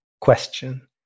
question